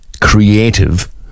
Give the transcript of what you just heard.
creative